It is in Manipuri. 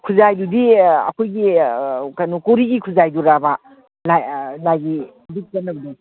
ꯈꯨꯖꯥꯏꯗꯨꯗꯤ ꯑꯩꯈꯣꯏꯒꯤ ꯀꯣꯔꯤꯒꯤ ꯈꯨꯖꯥꯏꯗꯨꯔꯥꯕ ꯂꯥꯏ ꯂꯥꯏꯒꯤ ꯗꯨꯛ ꯀꯠꯅꯕꯗꯣ